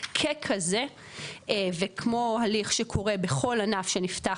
ככזה וכמו הליך שקורה בכל ענף שנפתח,